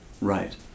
Right